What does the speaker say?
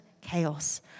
chaos